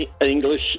English